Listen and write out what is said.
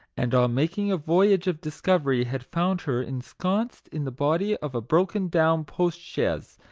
and on making a voy age of discovery, had found her ensconced in the body of a broken-down post-chaise,